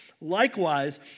Likewise